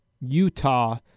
Utah